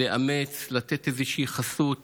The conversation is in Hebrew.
לאמץ, לתת איזושהי חסות